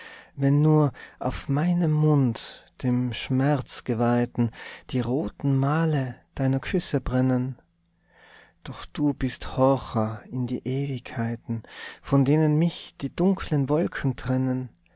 wenn nur auf meinem mund dem schmerzgeweihten die roten male deiner küsse brennen doch du bist horcher in die ewigkeiten von denen mich die dunklen wolken trennen